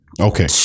Okay